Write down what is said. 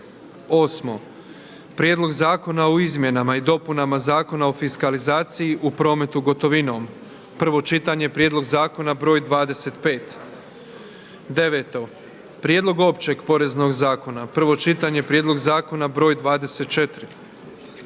8. Prijedlog zakona o izmjenama i dopunama Zakona o fiskalizaciji u prometu gotovinom, prvo čitanje, P.Z. br. 25, 9. Prijedlog Općeg poreznog zakona, prvo čitanje, P.Z. br. 24,